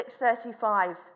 6.35